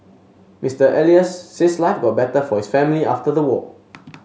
Mister Elias says life got better for his family after the war